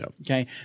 Okay